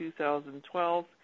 2012